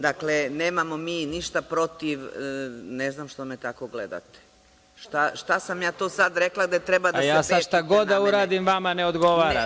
Dakle, nemamo mi ništa protiv, ne znam što me tako gledate, šta sam ja to sad rekla… (Predsedavajući: Šta god da sad uradim vama ne odgovara.